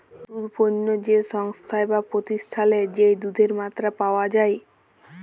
দুধ পণ্য যে সংস্থায় বা প্রতিষ্ঠালে যেই দুধের মাত্রা পাওয়া যাই